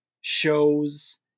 shows